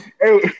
Hey